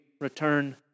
return